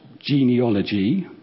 genealogy